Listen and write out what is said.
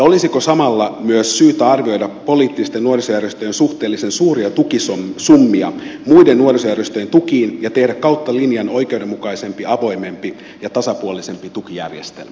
olisiko samalla syytä myös arvioida poliittisten nuorisojärjestöjen suhteellisen suuria tukisummia suhteessa muiden nuorisojärjestöjen tukiin ja tehdä kautta linjan oikeudenmukaisempi avoimempi ja tasapuolisempi tukijärjestelmä